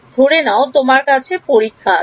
ধরে নাও তোমার কাছে পরীক্ষা আছে